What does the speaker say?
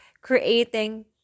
creating